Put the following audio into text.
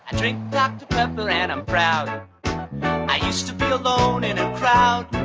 and drink dr. pepper and i'm proud i use to feel alone in a crowd but